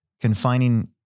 confining